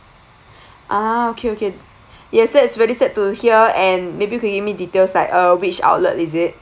ah okay okay yes that's very sad to hear and maybe can you give me details like uh which outlet is it